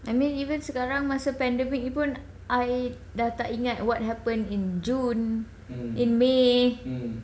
I mean even sekarang masa pandemic pun I dah tak ingat what happened in june in may